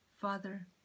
Father